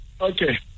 Okay